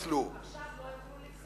עכשיו לא יוכלו לפסול?